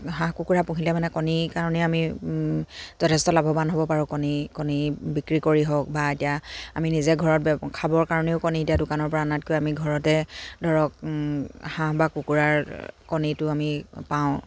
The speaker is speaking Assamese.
হাঁহ কুকুৰা পুহিলে মানে কণীৰ কাৰণেই আমি যথেষ্ট লাভৱান হ'ব পাৰোঁ কণী কণী বিক্ৰী কৰি হওক বা এতিয়া আমি নিজে ঘৰত খাবৰ কাৰণেও কণী এতিয়া দোকানৰ পৰা অনাতকৈ আমি ঘৰতে ধৰক হাঁহ বা কুকুৰাৰ কণীটো আমি পাওঁ